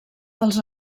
els